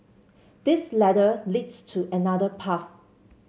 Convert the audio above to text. this ladder leads to another path